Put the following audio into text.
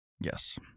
Yes